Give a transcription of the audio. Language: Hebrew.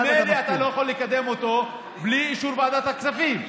ממילא אתה לא יכול לקדם אותו בלי אישור ועדת הכספים.